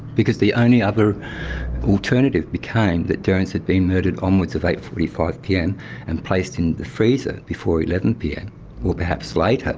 because the only other alternative became that derrance had been murdered onwards of eight. forty five pm and placed in the freezer before eleven pm or perhaps like later.